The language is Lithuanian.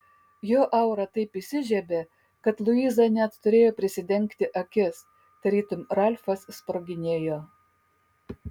jo aura taip įsižiebė kad luiza net turėjo prisidengti akis tarytum ralfas sproginėjo